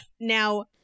Now